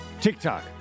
TikTok